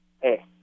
Hey